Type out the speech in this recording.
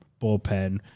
bullpen